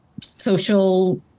social